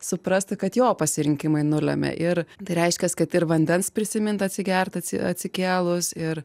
suprastų kad jo pasirinkimai nulemia ir tai reiškias kad ir vandens prisimint atsigert atsikėlus ir